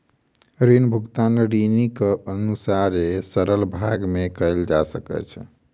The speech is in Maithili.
ऋण भुगतान ऋणीक अनुसारे सरल भाग में कयल जा सकै छै